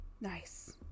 nice